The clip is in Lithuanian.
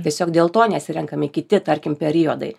tiesiog dėl to nesirenkami kiti tarkim periodai